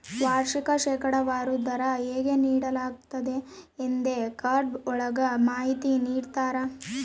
ವಾರ್ಷಿಕ ಶೇಕಡಾವಾರು ದರ ಹೇಗೆ ನೀಡಲಾಗ್ತತೆ ಎಂದೇ ಕಾರ್ಡ್ ಒಳಗ ಮಾಹಿತಿ ನೀಡಿರ್ತರ